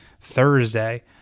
Thursday